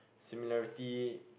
similarity